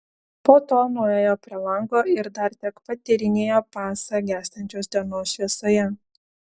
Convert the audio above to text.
po to nuėjo prie lango ir dar tiek pat tyrinėjo pasą gęstančios dienos šviesoje